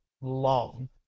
long